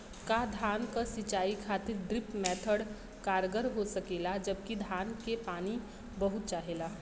का धान क सिंचाई खातिर ड्रिप मेथड कारगर हो सकेला जबकि धान के पानी बहुत चाहेला?